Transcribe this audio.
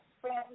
friends